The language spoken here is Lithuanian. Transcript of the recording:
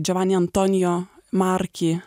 džiovani antonijo marki